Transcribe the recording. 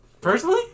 Personally